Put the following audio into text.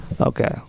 Okay